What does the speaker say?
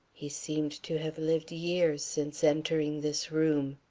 he seemed to have lived years since entering this room.